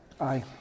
Aye